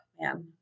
Man